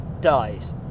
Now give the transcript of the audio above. dies